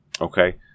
Okay